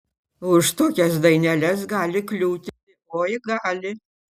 ir už tokias daineles gali kliūti oi gali